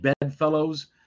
bedfellows